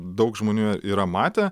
daug žmonių yra matę